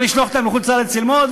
למשל לרפואה,